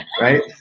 Right